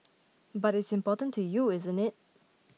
but it's important to you isn't it